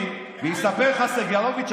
יספר לך סגלוביץ',